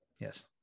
yes